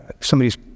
somebody's